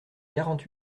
quarante